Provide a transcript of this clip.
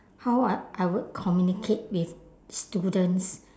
how I I would communicate with students